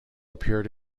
appeared